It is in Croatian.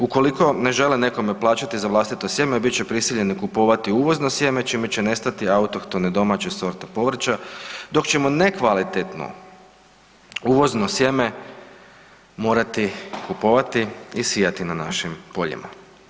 Ukoliko ne žele nekome plaćati za vlastito sjeme, bit će prisiljeni kupovati uvozno sjeme, čime će nestati autohtone domaće sorte povrća, dok ćemo nekvalitetno uvozno sjeme morati kupovati i sijati na našim poljima.